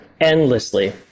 endlessly